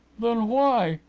then why?